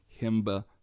Himba